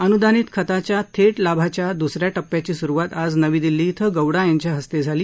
अनुदानित खताच्या थेट लाभाच्या दुस या टप्प्याची सुरुवात आज नवी दिल्ली इथं गौडा यांच्या हस्ते झाली